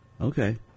okay